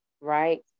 right